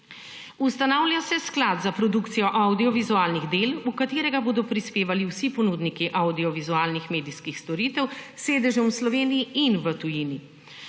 Ustanavlja se sklad za produkcijo avdiovizualnih del, v katerega bodo prispevali vsi ponudniki avdiovizualnih medijskih storitev s sedežem v Sloveniji in v tujini.